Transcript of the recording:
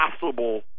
possible